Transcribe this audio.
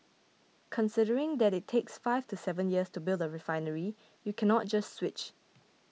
considering that it takes five to seven years to build a refinery you cannot just switch